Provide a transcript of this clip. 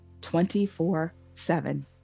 24-7